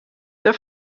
der